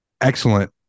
excellent